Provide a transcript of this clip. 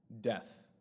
death